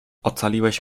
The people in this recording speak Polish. ocaliłeś